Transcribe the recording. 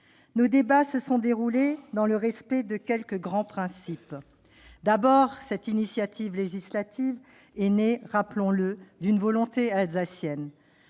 Nos débats se sont déroulés dans le respect de quelques grands principes. Tout d'abord, cette initiative législative est née, rappelons-le, d'une volonté alsacienne.